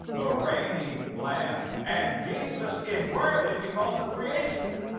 the reigning lamb. and jesus is worthy because of creation.